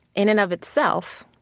in it of itself,